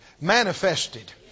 manifested